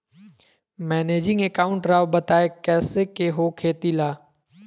Managing account राव बताएं कैसे के हो खेती ला?